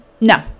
No